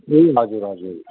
ए हजुर हजुर